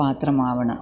പാത്രമാകണം